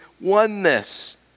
oneness